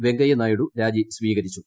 വെങ്കയ്യനായിഡു രാജി സ്വീകരിച്ചു